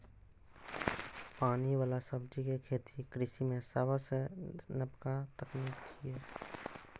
पानि बला सब्जी के खेती कृषि मे सबसं नबका तकनीक छियै